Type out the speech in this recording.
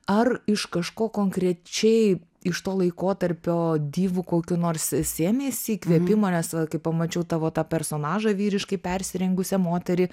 ar iš kažko konkrečiai iš to laikotarpio dyvų kokių nors sėmeisi įkvėpimo nes va kai pamačiau tavo tą personažą vyriškai persirengusią moterį